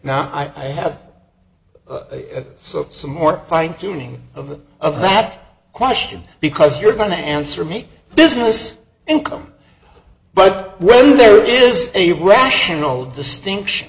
now i have so some more fine tuning of it of that question because you're going to answer me business income but when there is a rational distinction